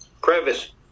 Crevice